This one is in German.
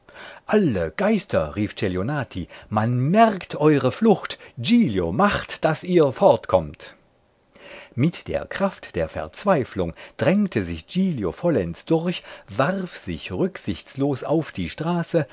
alle geister rief celionati man merkt eure flucht giglio macht daß ihr fortkommt mit der kraft der verzweiflung drängte sich giglio vollends durch warf sich rücksichtslos auf die straße